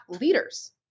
leaders